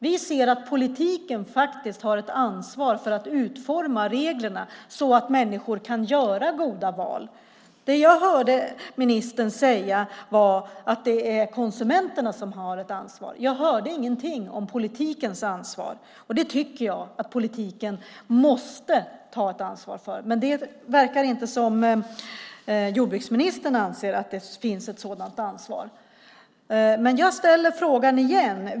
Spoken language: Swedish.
Vi ser att politiken har ett ansvar för att utforma reglerna så att människor kan göra goda val. Det jag hörde ministern säga var att det är konsumenterna som har ett ansvar. Jag hörde ingenting om politikens ansvar. Jag tycker att politiken måste ta ett ansvar. Men det verkar inte som att jordbruksministern anser att det finns ett sådant ansvar. Jag ställer frågan igen.